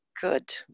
Good